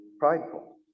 prideful